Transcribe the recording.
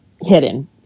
hidden